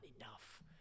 enough